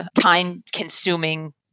time-consuming